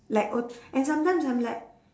like old and sometimes I'm like